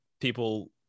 people